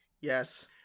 yes